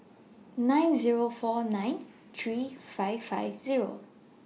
nine Zero four nine three five five Zero